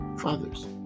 Fathers